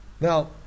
Now